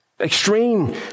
extreme